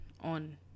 on